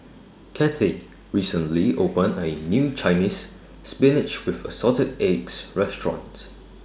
Kathey recently opened A New Chinese Spinach with Assorted Eggs Restaurant